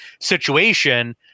situation